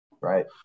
right